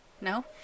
No